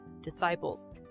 disciples